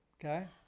okay